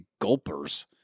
gulpers